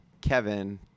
Kevin